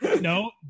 No